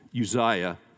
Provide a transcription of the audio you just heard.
Uzziah